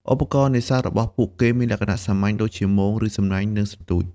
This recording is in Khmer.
ឧបករណ៍នេសាទរបស់ពួកគេមានលក្ខណៈសាមញ្ញ ដូចជា មង ឬ សំណាញ់ និងសន្ទូច។